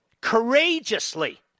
courageously